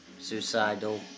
suicidal